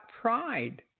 pride